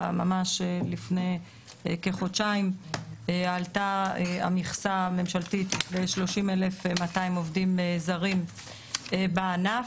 ממש לפני כחודשיים עלתה המכסה הממשלתית ל-30,200 עובדים זרים בענף.